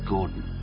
Gordon